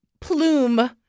plume